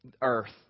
earth